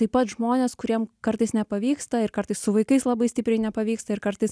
taip pat žmonės kuriem kartais nepavyksta ir kartais su vaikais labai stipriai nepavyksta ir kartais